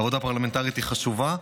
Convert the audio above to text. העבודה הפרלמנטרית היא חשובה,